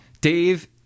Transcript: Dave